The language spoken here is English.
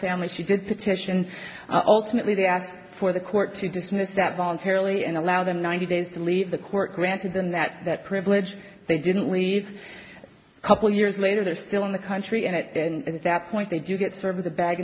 family she did petition ultimately to ask for the court to dismiss that voluntarily and allow them ninety days to leave the court granted them that that privilege they didn't leave a couple years later they're still in the country and at the end of that point they do get served the bag